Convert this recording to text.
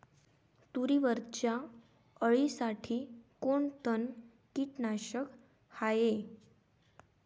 तुरीवरच्या अळीसाठी कोनतं कीटकनाशक हाये?